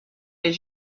les